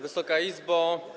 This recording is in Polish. Wysoka Izbo!